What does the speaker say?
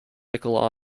nickel